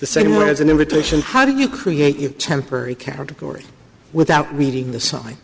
the same or as an invitation how do you create a temporary category without reading the sign